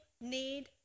need